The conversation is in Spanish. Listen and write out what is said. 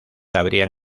abrían